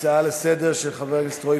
ההצעה לסדר-היום של חבר הכנסת רועי